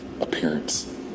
appearance